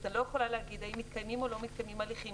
אני לא יכולה להגיד האם מתקיימים או לא מתקיימים הליכים,